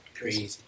crazy